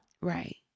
right